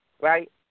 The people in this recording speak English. right